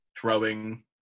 throwing